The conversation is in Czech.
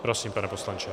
Prosím, pane poslanče.